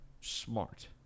smart